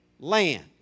land